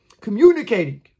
communicating